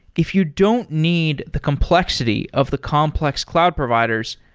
if you don't need the complexity of the complex cloud providers,